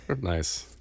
Nice